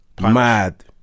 mad